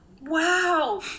wow